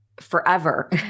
forever